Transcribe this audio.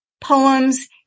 poems